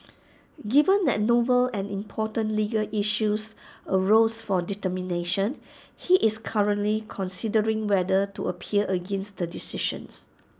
given that novel and important legal issues arose for determination he is currently considering whether to appeal against the decisions